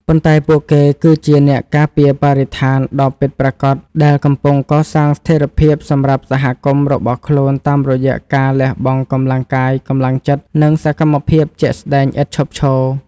ប៉ុន្តែពួកគេគឺជា អ្នកការពារបរិស្ថាន ដ៏ពិតប្រាកដដែលកំពុងកសាងស្ថិរភាពសម្រាប់សហគមន៍របស់ខ្លួនតាមរយៈការលះបង់កម្លាំងកាយ កម្លាំងចិត្ត និងសកម្មភាពជាក់ស្ដែងឥតឈប់ឈរ។